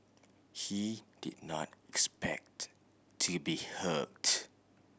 he did not expect to be hooked